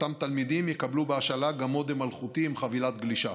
ואותם תלמידים יקבלו בהשאלה גם מודם אלחוטי עם חבילת גלישה.